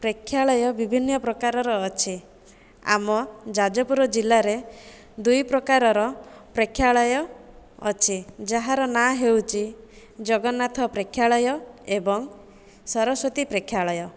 ପ୍ରେକ୍ଷାଳୟ ବିଭିନ୍ନ ପ୍ରକାରର ଅଛି ଆମ ଯାଜପୁର ଜିଲ୍ଲାରେ ଦୁଇ ପ୍ରକାରର ପ୍ରେକ୍ଷାଳୟ ଅଛି ଯାହାର ନାଁ ହେଉଛି ଜଗନ୍ନାଥ ପ୍ରେକ୍ଷାଳୟ ଏବଂ ସରସ୍ଵତୀ ପ୍ରେକ୍ଷାଳୟ